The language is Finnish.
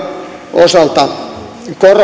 osalta